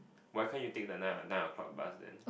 why cant you take the nine nine o-clock bus then